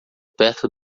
perto